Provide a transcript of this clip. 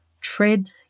tread